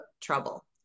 trouble